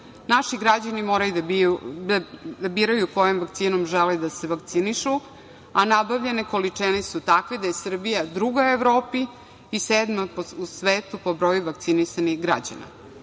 Naši građani mogu da biraju kojom vakcinom žele da se vakcinišu, a nabavljene količine su takve da je Srbija druga u Evropi i sedma u svetu po broju vakcinisanih građana. Mi